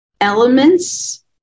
elements